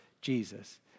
Jesus